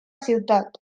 ciutat